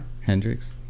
Hendrix